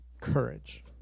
Courage